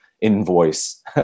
invoice